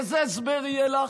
איזה הסבר יהיה לך?